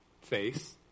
face